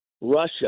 russia